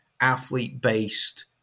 athlete-based